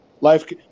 life